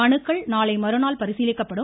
மனுக்கள் நாளை மறுநாள் பரிசீலிக்கப்படும்